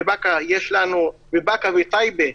בבאקה ובטייבה,